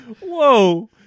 whoa